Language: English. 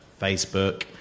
Facebook